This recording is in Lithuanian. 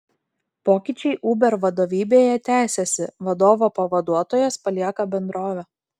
pokyčiai uber vadovybėje tęsiasi vadovo pavaduotojas palieka bendrovę